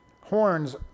horns